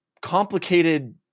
complicated